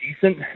decent